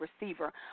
receiver